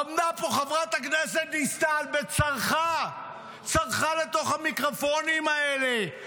עמדה פה חברת הכנסת דיסטל וצרחה לתוך המיקרופונים האלה: